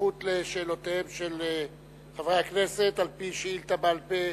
באריכות על שאלותיהם של חברי הכנסת על-פי שאילתא בעל-פה